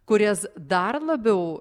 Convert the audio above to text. kurias dar labiau